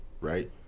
right